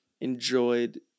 enjoyed